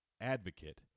advocate